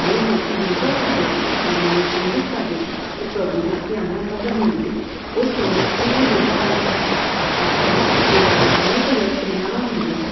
ਜੋ ਲੋਕੀ ਯੋਗਾ ਕਰਦੇ ਸੀ ਆਪਣੇ ਮਨ ਨੂੰ ਕੇਂਦਰਿਤ ਕਰਦੇ ਸੀ ਅਤੇ ਪ੍ਰਭੂ ਦੇ ਧਿਆਨ ਨਾਲ ਮਗਨ ਹੁੰਦੇ ਸੀ ਉਸ ਸਮੇਂ ਉਹਨੂੰ ਯੋਗਾ ਕਿਹਾ ਜਾਂਦਾ ਸੀ ਪਰ ਅੱਜ ਸਮੇਂ ਯੋਗਾ ਦੇ ਅਲੱਗ ਅਲੱਗ ਕਿਰਿਆਵਾਂ ਹੁੰਦੀਆਂ ਹਨ